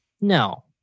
no